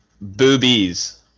Boobies